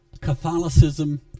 Catholicism